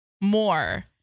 more